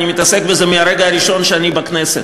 אני מתעסק בזה מהרגע הראשון שאני בכנסת.